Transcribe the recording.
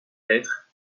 lettres